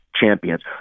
champions